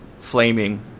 flaming